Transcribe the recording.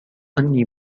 أني